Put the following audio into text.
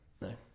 No